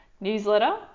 newsletter